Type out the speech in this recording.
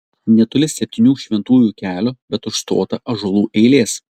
netoli septynių šventųjų kelio bet užstotą ąžuolų eilės